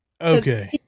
okay